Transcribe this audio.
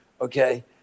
Okay